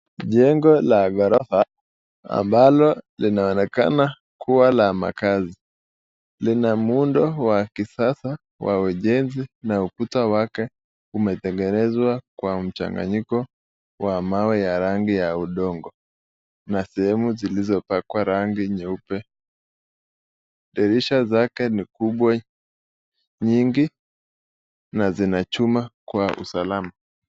Jengo la ghorofa ambalo linaonekana kuwa la makazi. Lina muundo wa kisasa wa ujenzi na ukuta wake umetengenezwa kwa mchanganyiko wa mawe ya rangi ya udongo na sehemu zilizopakwa rangi nyeupe. Dirisha zake ni kubwa nyingi na Zina chuma kwa msalani.